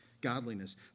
godliness